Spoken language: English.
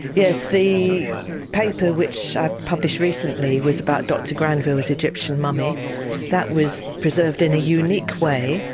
yes, the paper which i published recently was about dr granville's egyptian mummy that was preserved in a unique way,